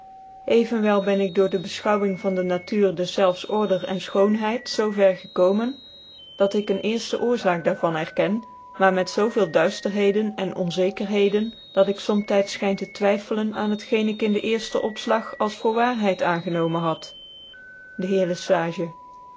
evenwel ben ik door dc befchomving yan dc natuur deflelfs order cn fchoon schoonheid zoo ver gekomen dat ik een rfte oorzaak daar van erken maar met zoo veel duifterheden en onzekerheden dat ik zomtyts fchyn te twyffelen aan het geen ik in den cerften opftag als voor waarheid aangenomen had de heer le sage